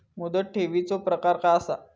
मुदत ठेवीचो प्रकार काय असा?